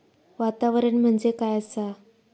वातावरण म्हणजे काय असा?